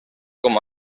com